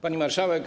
Pani Marszałek!